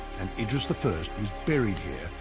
and idris the first was buried here,